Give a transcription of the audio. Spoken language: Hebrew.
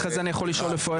אחרי זה אני יכול לשאול איפה,